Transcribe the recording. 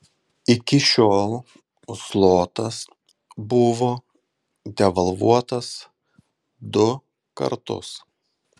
iki šiol zlotas buvo devalvuotas du kartus